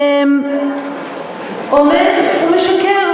עומד ומשקר.